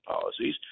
policies